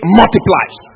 multiplies